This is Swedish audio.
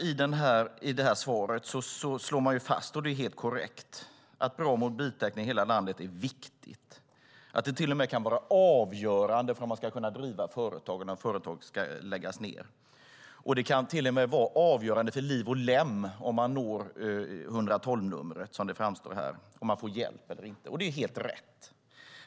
I detta svar slås det fast, helt korrekt, att bra mobiltäckning i hela landet är viktigt, att det till och med kan vara avgörande för om man ska kunna driva företag eller om företag ska läggas ned. Det kan till och med vara avgörande för liv och lem om man når 112-numret, som det framstår här, om man får hjälp eller inte. Det är helt rätt.